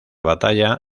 batalla